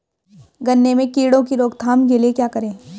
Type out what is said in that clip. गन्ने में कीड़ों की रोक थाम के लिये क्या करें?